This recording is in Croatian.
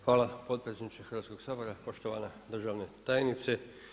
Hvala potpredsjedniče Hrvatskog sabora, poštovana državna tajnice.